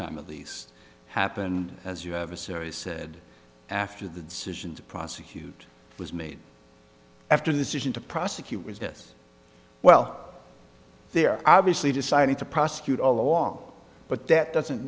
time at least happened as you have a serious said after the decision to prosecute was made after the session to prosecute yes well they're obviously deciding to prosecute all along but that doesn't